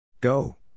Go